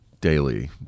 daily